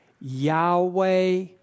Yahweh